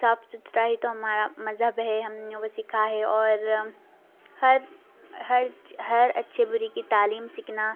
صاف سُتھرائی تو ہمارا مذہب ہے ہم نے وہ سیکھا ہے اور ہر ہرج ہر اچھے بُرے کی تعلیم سیکھنا